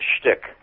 shtick